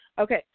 Okay